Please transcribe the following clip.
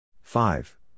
Five